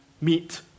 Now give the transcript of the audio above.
meet